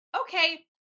okay